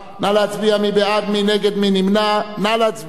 נא להצביע,